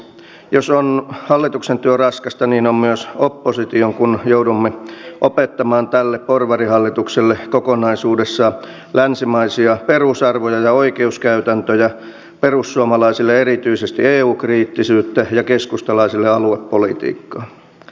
jos on hallituksen työ raskasta niin sitä on myös opposition kun joudumme opettamaan tälle porvarihallitukselle kokonaisuudessaan länsimaisia perusarvoja ja oikeuskäytäntöjä perussuomalaisille erityisesti eu kriittisyyttä ja keskustalaisille aluepolitiikkaa